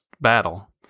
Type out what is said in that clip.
battle